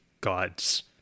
gods